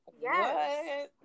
Yes